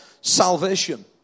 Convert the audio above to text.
salvation